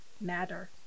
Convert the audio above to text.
matter